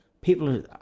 people